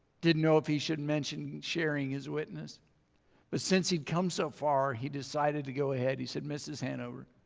didn't know if he shouldn't mention sharing his witness but since he'd come so far he decided to go ahead. he said mrs. hanover